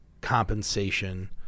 compensation